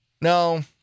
no